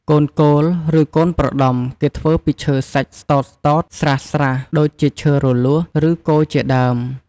កូនគោល ឬកូនប្រដំ គេធ្វើពីរឈឺសាច់ស្តោតៗស្រាសៗ ដូចជាឈើរលួស ឬគរជាដើម។